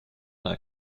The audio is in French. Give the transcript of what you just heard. plein